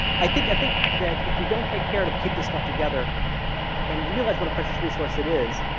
i think i think that if we don't take care to keep this stuff together and realize what a precious resource it is,